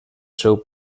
seu